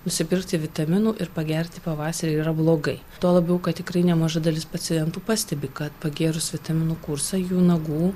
nusipirkti vitaminų ir pagerti pavasarį yra blogai tuo labiau kad tikrai nemaža dalis pacientų pastebi kad pagėrus vitaminų kursą jų nagų